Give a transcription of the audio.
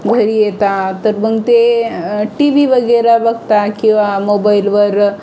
घरी येतात तर मग ते टी वी वगैरे बघतात किंवा मोबाइलवर